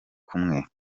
kumwe